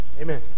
Amen